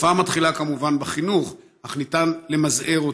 התופעה מתחילה כמובן בחינוך, אך ניתן למזער אותה.